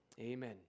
Amen